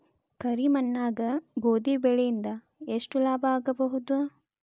ಕರಿ ಮಣ್ಣಾಗ ಗೋಧಿ ಬೆಳಿ ಇಂದ ಎಷ್ಟ ಲಾಭ ಆಗಬಹುದ?